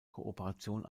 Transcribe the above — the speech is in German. kooperation